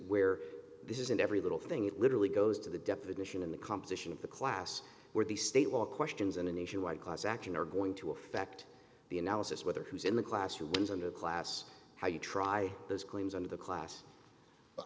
where this is in every little thing it literally goes to the definition in the composition of the class where the state law questions in a nationwide class action are going to affect the analysis whether who's in the classrooms and a class how you try those claims under the class